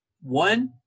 One